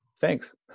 thanks